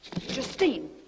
Justine